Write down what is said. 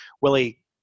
Willie